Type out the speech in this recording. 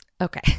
Okay